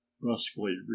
brusquely